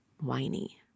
Whiny